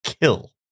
kill